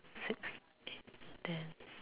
six eight ten